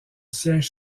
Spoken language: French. siège